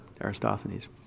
Aristophanes